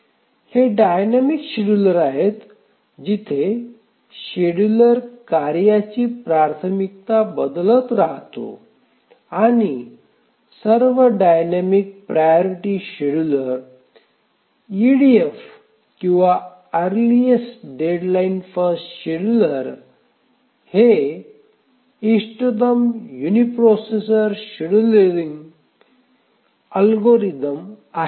हे dynamic scheduler आहेत जिथे शेड्युलर कार्यांची प्राथमिकता बदलत राहतो आणि सर्व डायनामिक प्रायोरिटी शेड्युलर ईडीएफ किंवा अर्लीस्टेट डेडलाईन फर्स्ट शेड्यूलर हे इष्टतम युनिप्रोसेसर शेड्यूलिंग अल्गोरिदम आहेत